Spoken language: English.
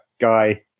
guy